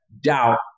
doubt